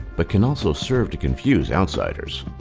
but can also serve to confuse outsiders.